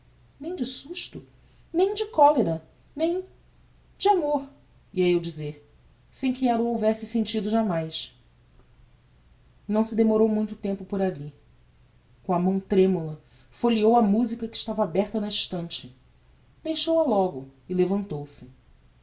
nem de susto nem de colera nem de amor ia eu a dizer sem que ella o houvesse sentido jamais não se demorou muito tempo alli com a mão tremula folheou a musica que estava aberta na estante deixou-a logo e levantou-se